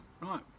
right